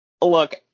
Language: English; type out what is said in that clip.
Look